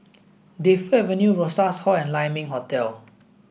Defu Avenue Rosas Hall and Lai Ming Hotel